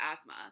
asthma